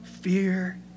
fear